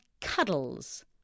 cuddles